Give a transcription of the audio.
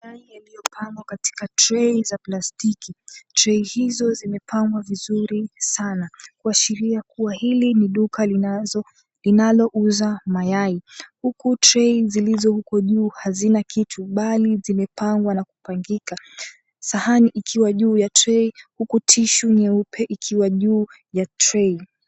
Mayai yaliyopangwa katika trei za plastiki. Trei hizo zimepangwa vizuri sana. Kuashiria kuwa hili ni duka linalo linalouza mayai. Huku trei zilizo huko juu hazina kitu bali zimepangwa na kupangika. Sahani ikiwa juu ya trei huku tishu nyeupe ikiwa juu ya trei.